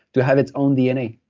to have its own dna.